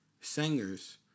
singers